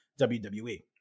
WWE